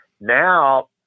now